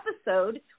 episode